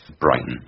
Brighton